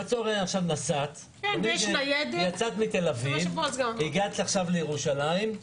נניח ויצאת מתל אביב והגעת עכשיו לירושלים.